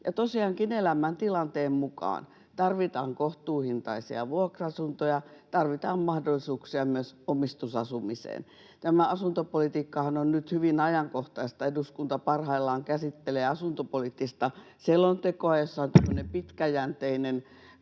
elämäntilanteen mukaan tarvitaan kohtuuhintaisia vuokra-asuntoja, tarvitaan mahdollisuuksia myös omistusasumiseen. Tämä asuntopolitiikkahan on nyt hyvin ajankohtaista. Eduskunta parhaillaan käsittelee asuntopoliittista selontekoa, jossa on tämmöinen